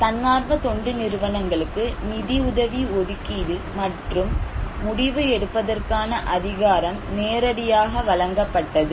தன்னார்வ தொண்டு நிறுவனங்களுக்கு நிதி உதவி ஒதுக்கீடு மற்றும் முடிவு எடுப்பதற்கான அதிகாரம் நேரடியாக வழங்கப்பட்டது